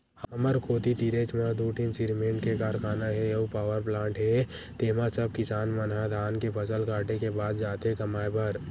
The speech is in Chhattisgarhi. हमर कोती तीरेच म दू ठीन सिरमेंट के कारखाना हे अउ पावरप्लांट हे तेंमा सब किसान मन ह धान के फसल काटे के बाद जाथे कमाए बर